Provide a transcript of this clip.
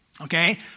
Okay